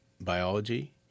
biology